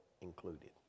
included